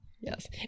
Yes